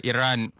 Iran